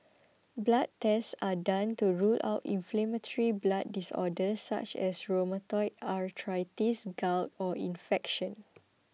blood tests are done to rule out inflammatory blood disorders such as rheumatoid arthritis gout or infection